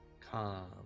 calm